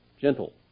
Gentle